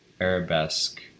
arabesque